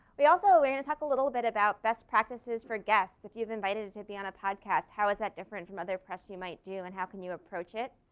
we also want to talk a little bit about best practices for guests. if you've invited to be on a podcast, how is that different from other press you might do and how can you approach it.